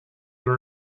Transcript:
you